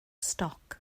stoc